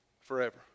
forever